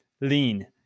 Lean